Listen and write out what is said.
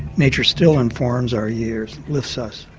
nature still informs our years, lifts us,